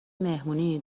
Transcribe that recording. مهمونی